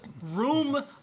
room